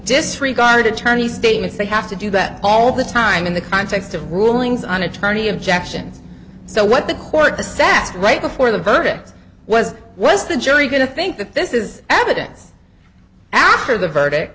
disregard attorneys statements they have to do that all the time in the context of rulings on attorney objections so what the court the sat right before the verdict was was the jury going to think that this is evidence after the verdict